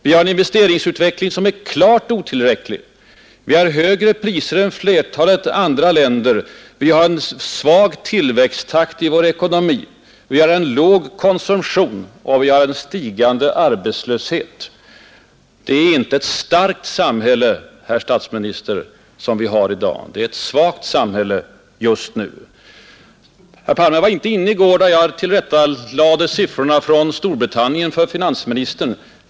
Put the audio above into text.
Vi har en investeringsutveckling som är klart otillräcklig. Vi har högre priser än flertalet andra länder. Vi har en svag tillväxttakt i vår ekonomi. Vi har en låg konsumtion, och vi har en stigande arbetslöshet. Det är inte ett ”starkt” samhälle, herr statsminister, som vi har i dag — det är ett svagt samhälle just nu. Herr Palme var inte inne i går då jag tillrättalade siffrorna från Storbritannien för finansministern.